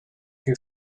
who